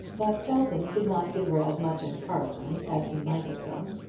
but belton did not give her as much encouragement as he might have done.